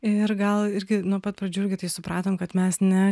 ir gal irgi nuo pat pradžių irgi tai supratom kad mes ne